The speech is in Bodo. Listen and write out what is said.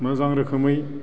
मोजां रोखोमै